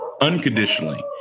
unconditionally